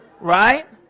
Right